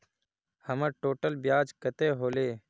हमर टोटल ब्याज कते होले?